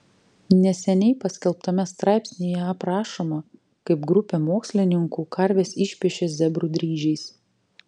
neseniai paskelbtame straipsnyje aprašoma kaip grupė mokslininkų karves išpiešė zebrų dryžiais